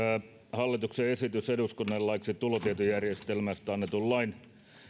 hallituksen esityksestä eduskunnalle laeiksi tulotietojärjestelmästä annetun lain